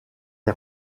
est